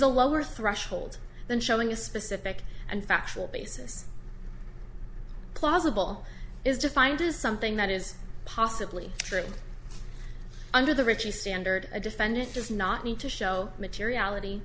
a lower threshold than showing a specific and factual basis plausible is defined as something that is possibly true under the richie standard a defendant does not need to show materiality